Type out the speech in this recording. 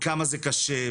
כמה זה קשה,